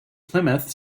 plymouth